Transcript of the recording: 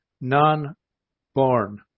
non-born